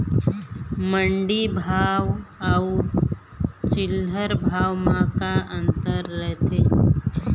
मंडी भाव अउ चिल्हर भाव म का अंतर रथे?